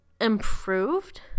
improved